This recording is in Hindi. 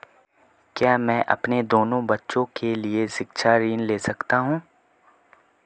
क्या मैं अपने दोनों बच्चों के लिए शिक्षा ऋण ले सकता हूँ?